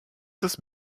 das